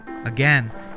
Again